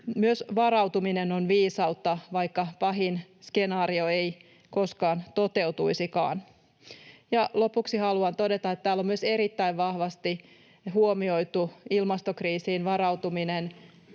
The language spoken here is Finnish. Myös varautuminen on viisautta, vaikka pahin skenaario ei koskaan toteutuisikaan. Lopuksi haluan todeta, että täällä on myös erittäin vahvasti huomioitu ilmastokriisiin varautuminen,